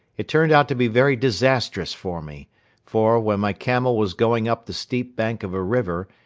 it turned out to be very disastrous for me for, when my camel was going up the steep bank of a river,